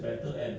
bagus eh